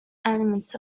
elements